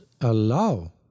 allow